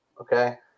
Okay